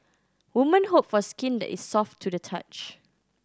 woman hope for skin that is soft to the touch